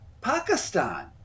Pakistan